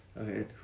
Okay